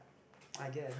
I guess